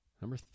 Number